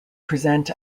present